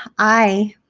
i